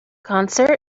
concert